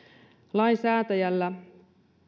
lainsäätäjällä